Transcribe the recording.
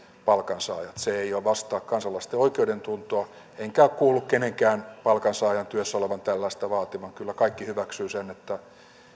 palkansaajat se ei vastaa kansalaisten oikeudentuntoa enkä ole kuullut kenenkään palkansaajan tai työssä olevan tällaista vaativan kyllä kaikki hyväksyvät sen että